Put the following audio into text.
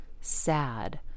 sad